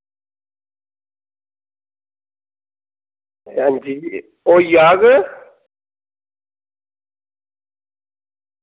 हां जी होई जाह्ग